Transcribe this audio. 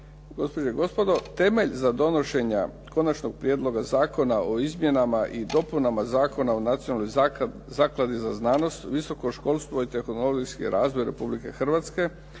gospođe i gospodo temelj za donošenje Konačnog prijedloga zakona o izmjenama i dopunama Zakona o Nacionalnoj zakladi za znanost, visoko školstvo i tehnologijski razvoj Republike Hrvatske